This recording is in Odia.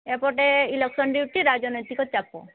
ଏପଟେ ଇଲେକ୍ସନ୍ ଡିୟୁଟି ରାଜନୈତିକ ଚାପ